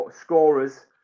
scorers